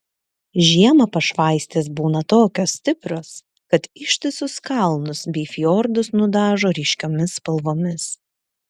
žiemą pašvaistės būna tokios stiprios kad ištisus kalnus bei fjordus nudažo ryškiomis spalvomis